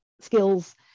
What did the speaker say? skills